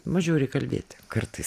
mažiau reik kalbėti kartais